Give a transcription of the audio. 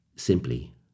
simply